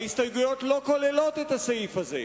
ההסתייגויות לא כוללות את הסעיף הזה.